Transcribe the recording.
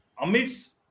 amidst